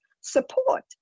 support